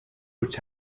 which